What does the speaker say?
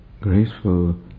Graceful